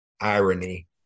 irony